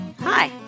hi